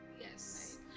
yes